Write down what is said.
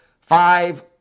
five